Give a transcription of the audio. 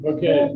Okay